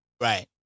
right